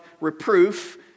reproof